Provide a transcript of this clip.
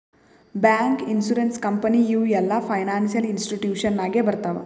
bank, insurance company ಇವು ಎಲ್ಲಾ financial institution ನಾಗೆ ಬರ್ತಾವ್